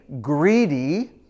greedy